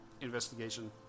investigation